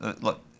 look